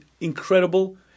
incredible